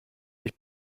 ich